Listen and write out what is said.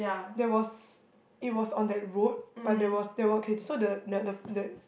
there was it was on that road but there was they were okay so the the f~ the